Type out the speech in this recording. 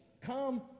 Come